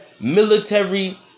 military